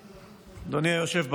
אדוני היושב בראש,